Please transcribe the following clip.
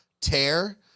tear